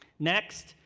next,